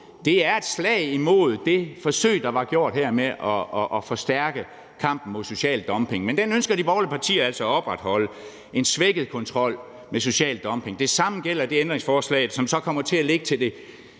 det er et slag imod det forsøg, der var gjort her, på at forstærke kampen mod social dumping, men de borgerlige partier ønsker altså at opretholde en svækket kontrol med social dumping. Det samme gælder det ændringsforslag, der så kommer til at være til det